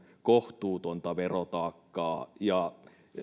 kohtuutonta verotaakkaa ja